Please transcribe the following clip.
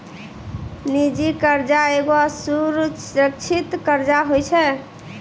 निजी कर्जा एगो असुरक्षित कर्जा होय छै